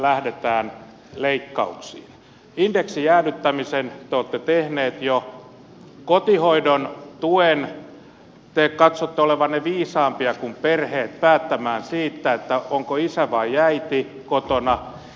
indeksin jäädyttämisen te olette tehneet jo kotihoidon tuessa te katsotte olevanne viisaampia kuin perheet päättämään siitä onko isä vai äiti kotona